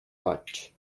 potch